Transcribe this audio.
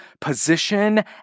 position